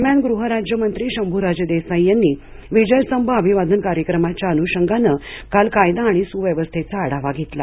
दरम्यान गृह राज्यमंत्री शंभूराज देसाई यांनी विजयस्तंभ अभिवादन कार्यक्रमाच्या अन्षंगाने काल कायदा आणि स्व्यवस्थेचा आढावा घेतला